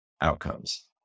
outcomes